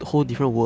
something lor